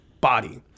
body